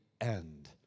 end